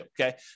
okay